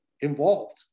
involved